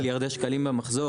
כמה מיליארדי שקלים במחזור,